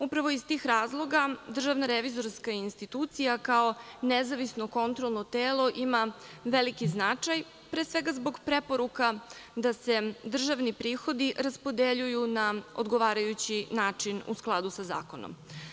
Upravo iz tih razloga Državna revizorska institucija, kao nezavisno kontrolno telo, ima veliki značaj, pre svega zbog preporuka da se državni prihodi raspodeljuju na odgovarajući način u skladu sa zakonom.